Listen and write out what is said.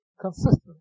consistent